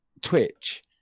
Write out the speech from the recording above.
Twitch